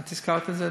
את הזכרת את זה,